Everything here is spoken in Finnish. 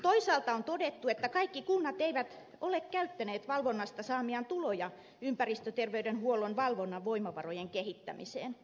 toisaalta on todettu että kaikki kunnat eivät ole käyttäneet valvonnasta saamiaan tuloja ympäristöterveydenhuollon valvonnan voimavarojen kehittämiseen